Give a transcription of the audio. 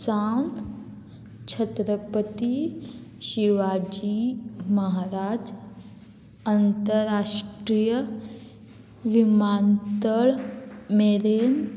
सावन छत्रपती शिवाजी महाराज अंतरराष्ट्रीय विमानतळ मेरेन